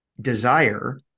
desire